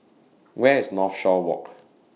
Where IS Northshore Walk